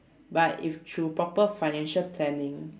but if through proper financial planning